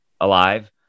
alive